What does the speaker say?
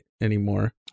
anymore